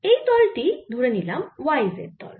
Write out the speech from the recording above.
এই তল টি ধরে নিলাম y z তল